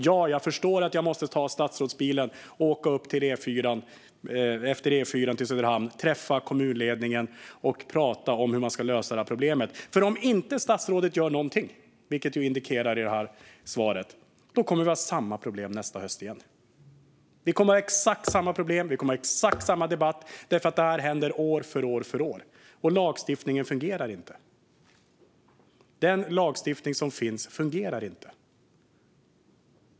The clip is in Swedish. Ja, jag förstår att jag måste ta statsrådsbilen och åka E4 upp till Söderhamn, träffa kommunledningen och prata om hur man ska lösa det här problemet. Om statsrådet inte gör någonting, vilket svaret indikerar, kommer vi nämligen att ha samma problem nästa höst igen. Vi kommer att ha exakt samma problem och exakt samma debatt, för detta händer år efter år. Och den lagstiftning som finns fungerar inte.